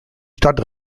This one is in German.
stadt